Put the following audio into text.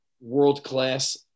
world-class